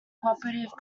cooperative